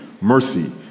mercy